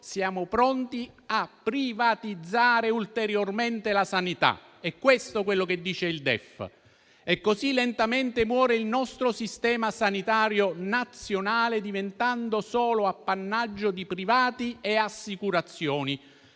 soccorso; a privatizzare ulteriormente la sanità. È questo quello che dice il DEF e così lentamente muore il nostro Servizio sanitario nazionale, diventando solo appannaggio di privati e assicurazioni.